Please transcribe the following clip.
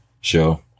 show